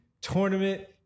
tournament